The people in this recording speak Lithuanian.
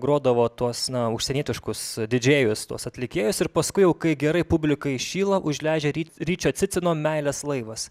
grodavo tuos na užsienietiškus didžėjus tuos atlikėjus ir paskui jau kai gerai publikai šyla užleidžia ry ryčio cicino meilės laivas